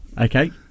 okay